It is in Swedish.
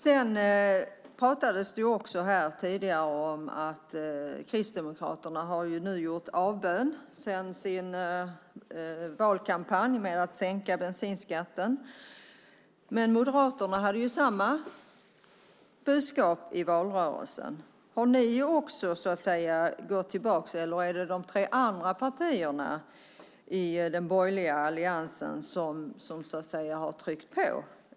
Det nämndes tidigare att Kristdemokraterna gjort avbön från löftena i valkampanjen om att sänka bensinskatten. Moderaterna hade samma budskap i valrörelsen. Har ni också tagit tillbaka detta eller är det de tre andra partierna i den borgerliga alliansen som tryckt på?